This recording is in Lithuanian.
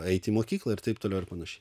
eiti į mokyklą ir taip toliau ir panašiai